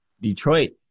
Detroit